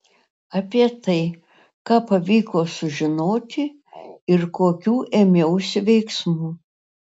apie tai ką pavyko sužinoti ir kokių ėmiausi veiksmų